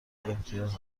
امتیاز